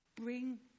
bring